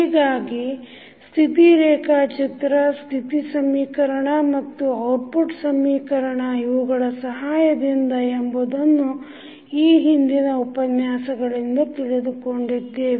ಹೀಗಾಗಿ ಸ್ಥಿತಿ ರೇಖಾಚಿತ್ರ ಸ್ಥಿತಿ ಸಮೀಕರಣ ಮತ್ತು ಔಟ್ಪುಟ್ ಸಮೀಕರಣ ಇವುಗಳ ಸಹಾಯದಿಂದ ಎಂಬುದನ್ನು ಈ ಹಿಂದಿನ ಉಪನ್ಯಾಸಗಳಿಂದ ತಿಳಿದುಕೊಂಡಿದ್ದೇವೆ